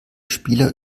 spieler